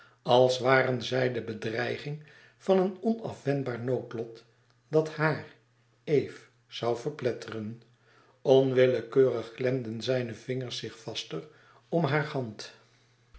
als waren zij de bedreiging van een onafwendbaar noodlot dat haar eve zoû verpletteren onwillekeurig klemden zijne vingers zich vaster om haar hand